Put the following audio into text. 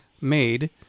made